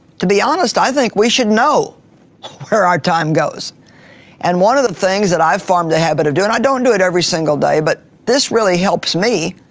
to be honest, i think we should know where our time goes and one of the things that i've formed the habit of doing, i don't do it every single day, but this really helps me,